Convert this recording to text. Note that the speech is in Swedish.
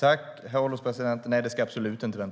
Det finns dock satsningar på fortbildning, och